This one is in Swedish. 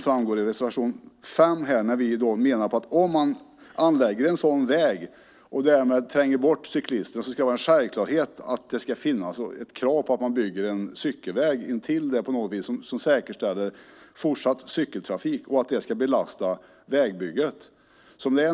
I reservation 5 menar vi att om man anlägger en sådan väg och därmed tränger bort cyklisterna ska det självklart finnas ett krav på att man bygger en cykelväg intill som säkerställer fortsatt cykeltrafik och att det ska belasta vägbygget.